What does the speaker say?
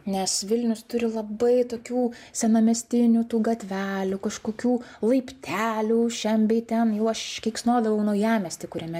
nes vilnius turi labai tokių senamiestinių tų gatvelių kažkokių laiptelių šen bei ten jau aš keiksnodavau naujamiestį kuriame